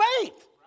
faith